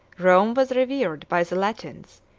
rome was revered by the latins,